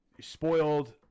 spoiled